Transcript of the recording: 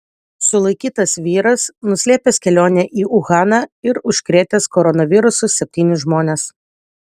sulaikytas vyras nuslėpęs kelionę į uhaną ir užkrėtęs koronavirusu septynis žmones